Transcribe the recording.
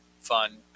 fun